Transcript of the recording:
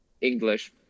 English